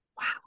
Wow